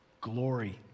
glory